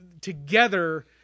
together